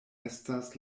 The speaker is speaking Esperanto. estas